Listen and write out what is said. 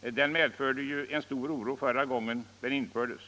Den medförde ju stor oro då den infördes.